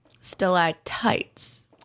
Stalactites